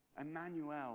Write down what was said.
Emmanuel